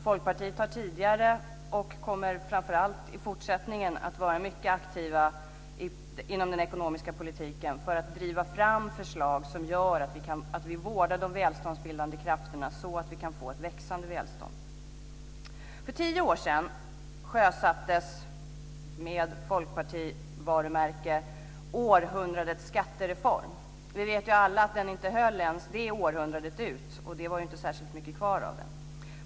Folkpartiet har tidigare varit och kommer framför allt i fortsättningen att vara mycket aktivt inom den ekonomiska politiken för att driva fram förslag som gör att vi vårdar de välståndsbildande krafterna så att vi kan få ett växande välstånd. För tio år sedan sjösattes med folkpartivarumärke århundradets skattereform. Vi vet ju alla att den inte höll ens det århundradet ut - och det var inte så mycket kvar av det.